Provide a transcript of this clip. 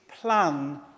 plan